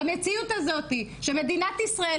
המציאות הזאתי שמדינת ישראל,